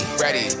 ready